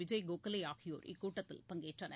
விஜய் கோக்லே ஆகியோர் இக்கூட்டத்தில் பங்கேற்றனர்